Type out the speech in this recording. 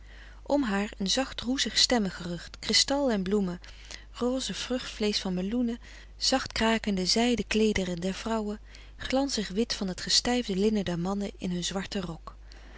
om haar een zacht roezig stemmengerucht kristal en bloemen rose vruchtvleesch van meloenen zachtkrakende zijde kleederen der vrouwen glanzig wit van het gestijfde linnen der mannen in hun zwarten rok